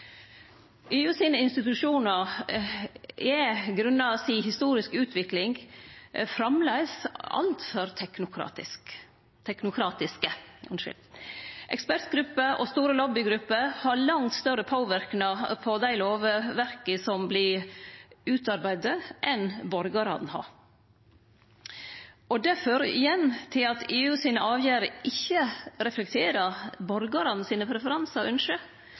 si historiske utvikling framleis altfor teknokratiske. Ekspertgrupper og store lobbygrupper har langt større påverknad på dei lovverka som vert utarbeidde, enn borgarane har. Det fører igjen til at avgjerdene i EU ikkje reflekterer borgarane sine preferansar